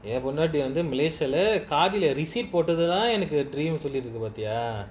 என்பொண்டாடிவந்து:en pondati vandhu malaysia lah எனக்கு:enaku dreams nu சொல்லிருக்குபார்த்தியா:solliruku parthia